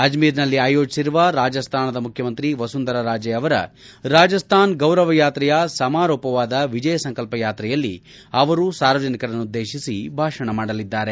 ಅಜ್ಮೀರ್ನ ಆಯೋಜಿಸಿರುವ ರಾಜಸ್ತಾನದ ಮುಖ್ಯಮಂತ್ರಿ ವಸುಂದರಾ ರಾಜೆ ಅವರ ರಾಜಸ್ತಾನ ಗೌರವ ಯಾತ್ರೆಯ ಸಮಾರೋಪವಾದ ವಿಜಯ ಸಂಕಲ್ಪ ಯಾತ್ರೆಯಲ್ಲಿ ಸಾರ್ವಜನಿಕರನ್ನು ಉದ್ಲೇಶಿಸಿ ಪ್ರಧಾನಮಂತ್ರಿ ಭಾಷಣ ಮಾಡಲಿದ್ದಾರೆ